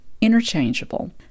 interchangeable